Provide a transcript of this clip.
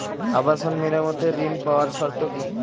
আবাসন মেরামতের ঋণ পাওয়ার শর্ত কি?